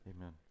amen